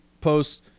posts